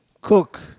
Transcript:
cook